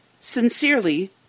Sincerely